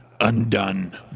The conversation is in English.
undone